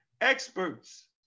experts